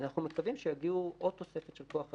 אנחנו מקווים שיגיעו עוד תוספות של כוח אדם.